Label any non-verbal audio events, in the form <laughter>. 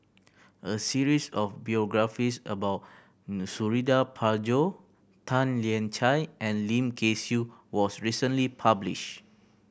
a series of biographies about <hesitation> Suradi Parjo Tan Lian Chye and Lim Kay Siu was recently published